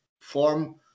form